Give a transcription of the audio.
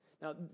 Now